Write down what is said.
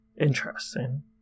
Interesting